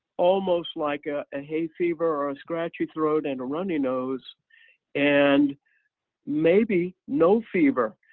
almost like ah a hay fever or a scratchy throat and a runny nose and maybe no fever.